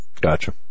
Gotcha